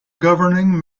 governing